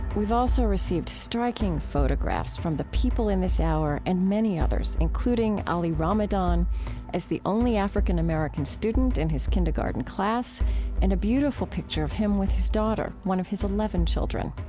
also received striking photographs from the people in this hour and many others, including allee ramadan as the only african-american student in his kindergarten class and a beautiful picture of him with his daughter, one of his eleven children.